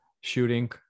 shooting